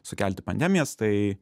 sukelti pandemijas tai